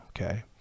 okay